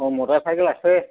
অঁ মতাৰ চাইকেল আছে